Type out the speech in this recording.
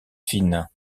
fine